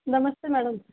नमस्ते मैडम